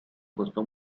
costó